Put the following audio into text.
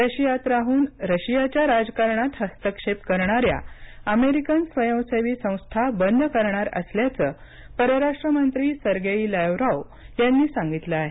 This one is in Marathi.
रशियात राहून रशियाच्या राजकारणात हस्तक्षेप करणाऱ्या अमेरिकन स्वयंसेवी संस्था बंद करणार असल्याचं परराष्ट्रमंत्री सर्गेई लॅवरॉव्ह यांनी सांगितलं आहे